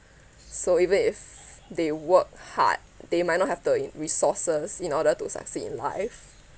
so even if they work hard they might not have the resources in order to succeed in life